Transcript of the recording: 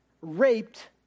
raped